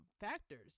factors